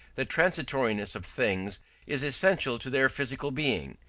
the transitoriness of things is essential to their physical being,